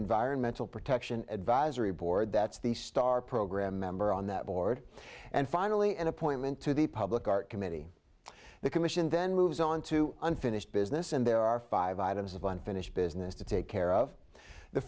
environmental protection advisory board that's the star program member on that board and finally an appointment to the public art committee the commission then moves on to unfinished business and there are five items of unfinished business to take care of the